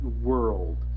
world